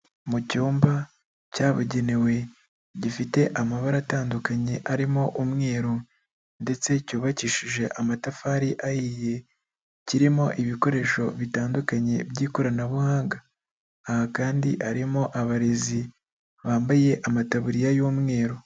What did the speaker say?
Mu cyumba cyabugenewe gifite amabara atandukanye arimo umweru ndetse cyubakishije amatafari ahiye, kirimo ibikoresho bitandukanye by'ikoranabuhanga, aha kandi harimo abarezi bambaye amataburiya y'umweru.